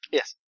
Yes